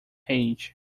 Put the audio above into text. page